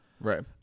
Right